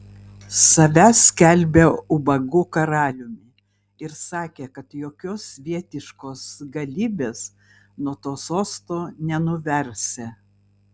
save skelbė ubagų karaliumi ir sakė kad jokios svietiškos galybės nuo to sosto nenuversią